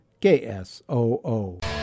KSOO